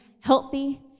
healthy